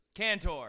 Cantor